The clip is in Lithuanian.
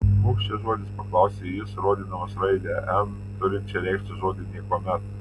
koks čia žodis paklausė jis rodydamas raidę n turinčią reikšti žodį niekuomet